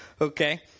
Okay